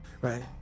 right